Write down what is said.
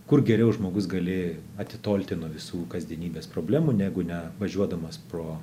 kur geriau žmogus gali atitolti nuo visų kasdienybės problemų negu ne važiuodamas pro